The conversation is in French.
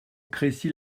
crécy